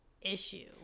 issue